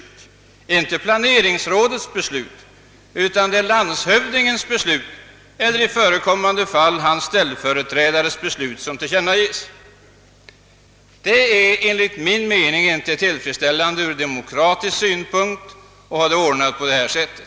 Det är alltså inte planeringsrådets beslut utan det är landshövdingens eller i förekommande fall hans ställföreträdares beslut som tillkännages. Enligt min mening är det ur demokratisk synpunkt inte tillfredsställande att ha det ordnat på detta sätt.